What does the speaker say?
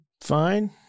fine